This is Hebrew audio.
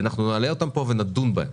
נעלה אותן פה ונדון בהן.